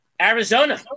Arizona